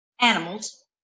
animals